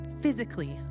physically